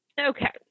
okay